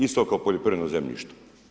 Isto kao poljoprivrednom zemljištu.